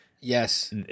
Yes